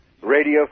Radio